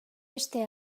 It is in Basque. beste